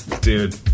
dude